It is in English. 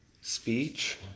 speech